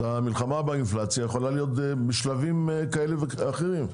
המלחמה באינפלציה יכולה להיות בשלבים כאלה ואחרים,